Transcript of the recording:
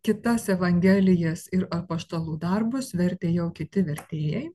kitas evangelijas ir apaštalų darbus vertė jau kiti vertėjai